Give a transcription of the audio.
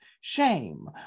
shame